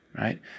Right